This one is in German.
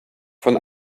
von